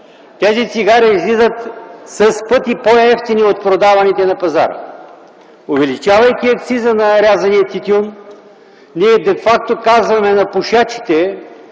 Тези цигари излизат с пъти по-евтини от продаваните на пазара. Увеличавайки акциза на нарязания тютюн, ние де факто казваме на пушачите: